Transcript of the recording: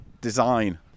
design